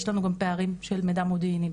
אז יש לנו גם פערים של מידע מודיעיני.